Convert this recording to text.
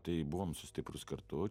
tai buvom su stiprūs kartu